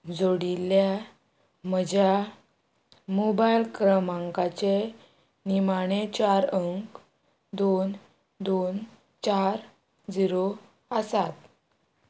जोडिल्ल्या म्हज्या मोबायल क्रमांकाचे निमाणे चार अंक दोन दोन चार झिरो आसात